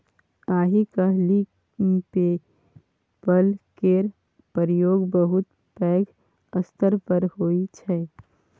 आइ काल्हि PayPal केर प्रयोग बहुत पैघ स्तर पर होइ छै